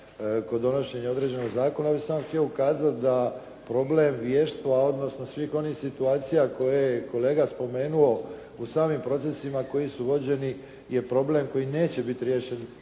kod donošenja određenog Zakona. Ovdje sam htio ukazati da problem … odnosno svih onih situacija koje je kolega spomenuo u samim procesima koji su vođeni je problem koji neće biti riješen